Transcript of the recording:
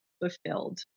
fulfilled